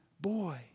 boy